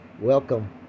Welcome